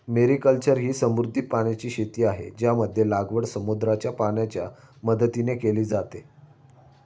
mariculture ही समुद्री पाण्याची शेती आहे, ज्यामध्ये लागवड समुद्राच्या पाण्याच्या मदतीने केली जाते